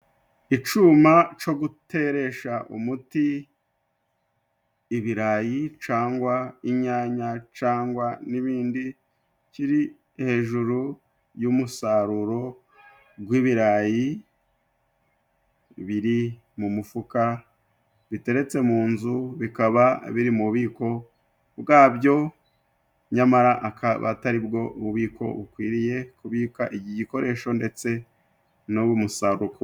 Icuma co guteresha umuti ibirayi cangwa inyanya, cangwa n'ibindi, kiri hejuru y'umusaruro gw'ibirayi biri mu mufuka biteretse mu nzu, bikaba biri mu bubiko bwabyo nyamara akaba atari bwo bubiko bukwiriye kubika igikoresho ndetse n'uwumusaruro.